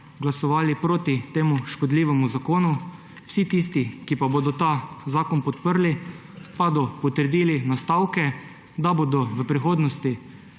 glasovali proti temu škodljivemu zakonu. Vsi tisti, ki bodo ta zakon podprli, pa bodo potrdili nastavke, da bodo v prihodnosti